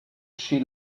she